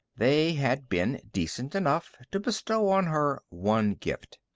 they had been decent enough to bestow on her one gift.